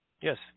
Yes